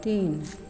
तीन